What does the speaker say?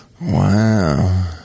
Wow